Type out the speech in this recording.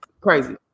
crazy